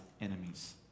enemies